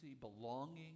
belonging